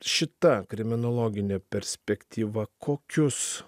šita kriminologinė perspektyva kokius